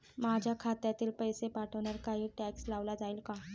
माझ्या खात्यातील पैसे पाठवण्यावर काही टॅक्स लावला जाईल का?